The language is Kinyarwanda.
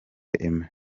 aime